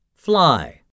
fly